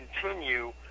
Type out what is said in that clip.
continue